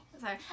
Sorry